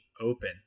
Open